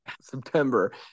September